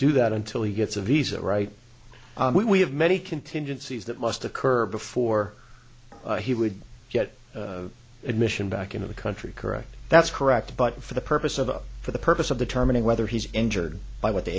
do that until he gets a visa right we have many contingencies that must occur before he would get admission back into the country correct that's correct but for the purpose of for the purpose of the terminal whether he's injured by what the